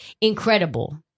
Incredible